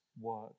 work